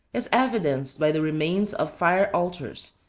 is evidenced by the remains of fire-altars,